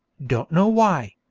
don't know why.